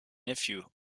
nephew